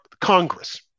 Congress